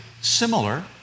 similar